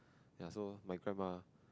ya so my grandma